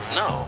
no